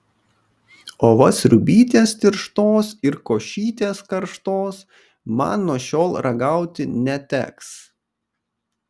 o va sriubytės tirštos ir košytės karštos man nuo šiol ragauti neteks